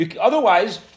Otherwise